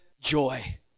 joy